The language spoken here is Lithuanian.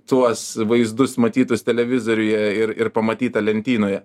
tuos vaizdus matytus televizoriuje ir ir pamatytą lentynoje